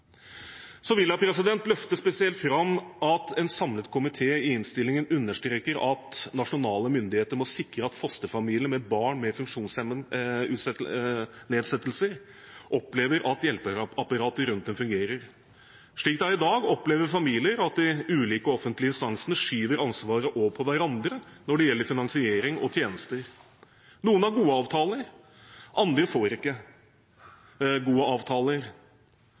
Så vil jeg løfte spesielt fram at en samlet komité i innstillingen understreker at nasjonale myndigheter må sikre at fosterfamilier med barn med funksjonsnedsettelser opplever at hjelpeapparatet rundt dem fungerer. Slik det er i dag, opplever familier at de ulike offentlige instansene skyver ansvaret over på hverandre når det gjelder finansiering og tjenester. Noen har gode avtaler, andre får ikke gode avtaler.